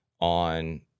on